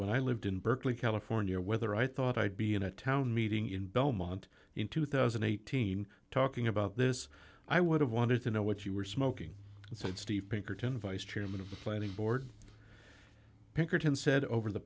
when i lived in berkeley california whether i thought i'd be in a town meeting in belmont in two thousand and eighteen talking about this i would have wanted to know what you were smoking said steve pinkerton vice chairman of the planning board pinkerton said over the